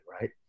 right